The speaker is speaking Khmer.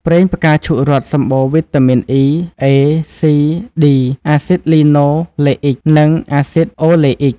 ប្រេងផ្កាឈូករ័ត្ន សម្បូរវីតាមីន E, A, C, D អាស៊ីដលីណូលេអ៊ិក និងអាស៊ីដអូលេអ៊ិក។